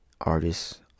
Artists